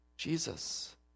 Jesus